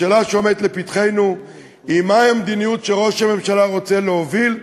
השאלה שעומדת לפתחנו היא מה המדיניות שראש הממשלה רוצה להוביל.